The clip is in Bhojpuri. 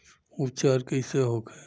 उपचार कईसे होखे?